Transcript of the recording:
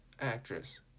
actress